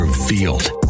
revealed